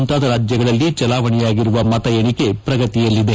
ಮುಂತಾದ ರಾಜ್ಯಗಳಲ್ಲಿ ಚಲಾವಣೆಯಾಗಿರುವ ಮತ ಎಣಿಕೆ ಪ್ರಗತಿಯಲ್ಲಿದೆ